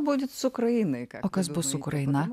būtent su ukraina o kas bus su ukraina